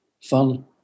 fun